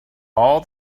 all